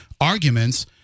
arguments